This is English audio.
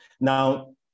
Now